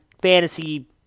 fantasy